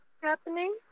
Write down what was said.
happening